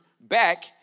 back